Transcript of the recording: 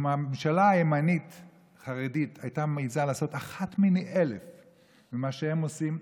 אם הממשלה הימנית-חרדית הייתה מעיזה לעשות אחת מני אלף ממה שהם עושים,